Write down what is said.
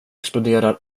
exploderar